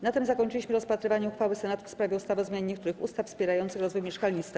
Na tym zakończyliśmy rozpatrywanie uchwały Senatu w sprawie ustawy o zmianie niektórych ustaw wspierających rozwój mieszkalnictwa.